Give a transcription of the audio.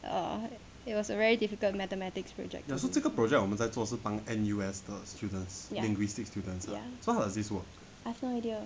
ya it was a very difficult mathematics project ya ya I've no idea